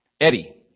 Eddie